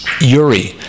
Yuri